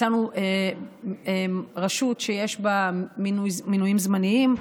מצאנו רשות שיש בה מינויים זמניים,